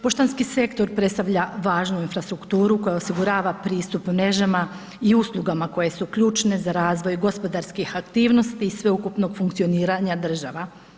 Poštanski sektor predstavlja važnu infrastrukturu koja osigurava pristup mrežama i uslugama koje su ključne za razvoj gospodarskih aktivnosti i sveukupnog funkcioniranja država.